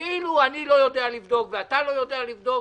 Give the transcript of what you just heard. כאילו אני לא יודע לבדוק ואתה לא יודע לבדוק,